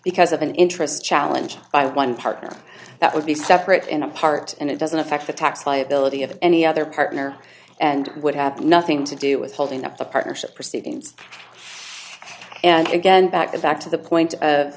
because of an interest challenge by one partner that would be separate and apart and it doesn't affect the tax liability of any other partner and would have nothing to do with holding up the partnership proceedings and again back to back to the point of